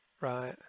right